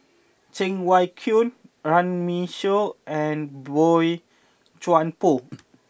Cheng Wai Keung Runme Shaw and Boey Chuan Poh